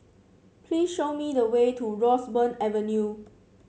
please show me the way to Roseburn Avenue